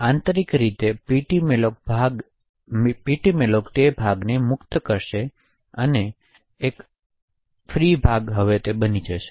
આંતરિક રીતે ptmalloc ભાગને મુક્ત કરશે અને ફાળવેલ ભાગ હવે એક ફ્રી ભાગ બની જશે